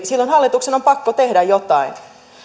silloin hallituksen on pakko tehdä jotain